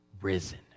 risen